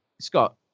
Scott